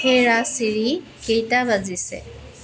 হেৰা ছিৰি কেইটা বাজিছে